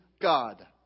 God